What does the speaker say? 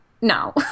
no